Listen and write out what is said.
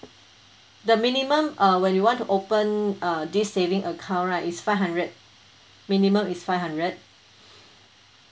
the minimum uh when you want to open uh this saving account right is five hundred minimum is five hundred